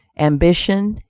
ambition,